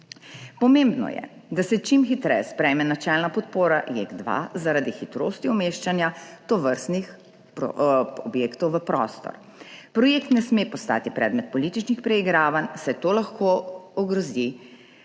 Pomembno je, da se čim hitreje sprejme načelna podpora JEK2 zaradi hitrosti umeščanja tovrstnih objektov v prostor. Projekt ne sme postati predmet političnih preigravanj, saj to lahko ogrozi